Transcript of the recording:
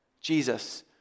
Jesus